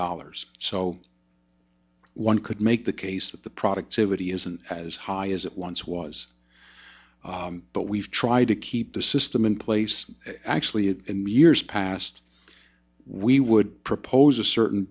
dollars so one could make the case that the productivity isn't as high as it once was but we've tried to keep the system in place actually in years past we would propose a certain